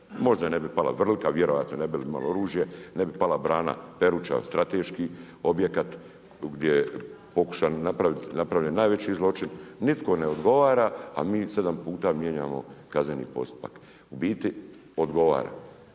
Možda ne bi pala Vrlika, vjerojatno ne bi imali oružje, ne bi pala brana Peruča strateški objekat gdje je pokušan, napravljen najveći zločin. Nitko ne odgovara, a mi sedam puta mijenjamo kazneni postupak. U biti odgovara.